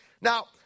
Now